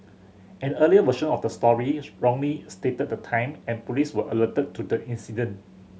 an earlier version of the story wrongly stated the time and police were alerted to the incident